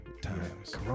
times